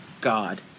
God